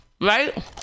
Right